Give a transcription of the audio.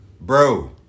Bro